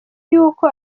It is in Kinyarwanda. yuko